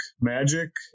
magic